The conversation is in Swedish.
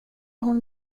hon